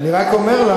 מחשב לכל ילד,